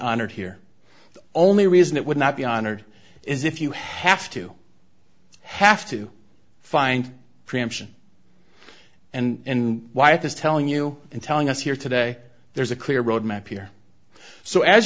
honored here the only reason it would not be honored is if you have to have to find preemption and why it is telling you and telling us here today there's a clear road map here so as